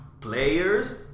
players